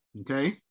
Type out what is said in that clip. Okay